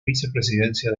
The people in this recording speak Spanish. vicepresidencia